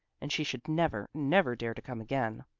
and she should never, never dare to come again.